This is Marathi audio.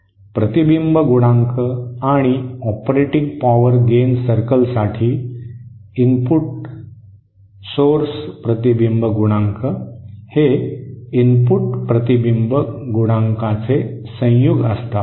प्रतिबिंब गुणांक आणि ऑपरेटिंग पॉवर गेन सर्कल साठी इनपुट स्त्रोत प्रतिबिंब गुणांक हे इनपुट प्रतिबिंब गुणांकाचे संयुग असतात